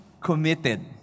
committed